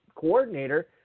Coordinator